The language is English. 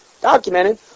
Documented